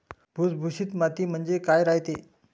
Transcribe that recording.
भुसभुशीत माती म्हणजे काय रायते?